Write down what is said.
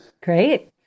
Great